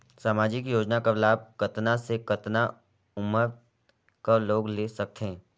समाजिक योजना कर लाभ कतना से कतना उमर कर लोग ले सकथे?